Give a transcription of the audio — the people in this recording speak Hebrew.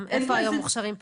אל תוסיפי סעיף של